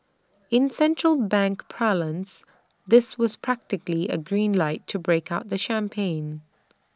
in central bank parlance this was practically A green light to break out the champagne